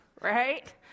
Right